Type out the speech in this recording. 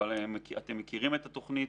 אתם מכירים את התוכנית.